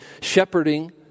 shepherding